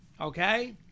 Okay